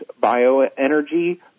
bioenergy